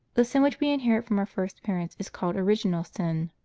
the sin which we inherit from our first parents is called original sin.